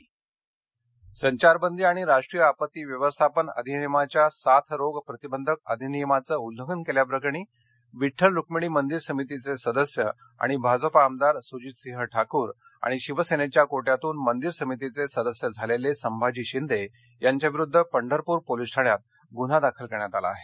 पंढरपर सोलापर संचार बंदी आणि राष्ट्रीय आपत्ती व्यवस्थापन अधिनियमाच्या साथ रोग प्रतिबंधक अधिनियमाचं उल्लंघन केल्याप्रकरणी विड्डल रुक्मिणी मंदिर समितीचे सदस्य आणि भाजपा आमदार सुजितसिंह ठाकूर आणि शिवसेनेच्या को ब्रातून मंदिर समितीचे सदस्य झालेले संभाजी शिंदे यांच्याविरुद्ध पंढरपूर पोलीस ठाण्यात गुन्हा दाखल करण्यात आला आहे